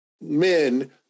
men